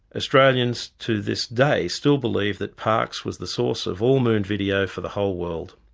australians to this day still believe that parkes was the source of all moon video for the whole world.